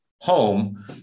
home